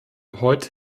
heute